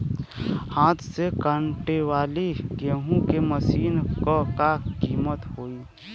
हाथ से कांटेवाली गेहूँ के मशीन क का कीमत होई?